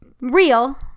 real